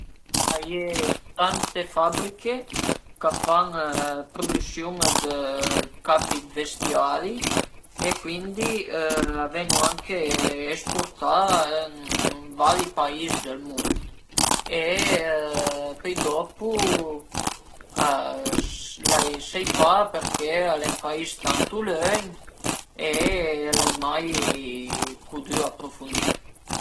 Dizuma che preferisu seteme sü üna cadrega përché per tera a ca mia ël paviment al e freit e sël sufà, dizuma che së më setu sël sufà, m'andrömu e cuindi fun pa pi niente, ënvece se stun sta s'la cadrega ciaciaru cun le persun-e ch'a sun vizin a mi o vardu la tele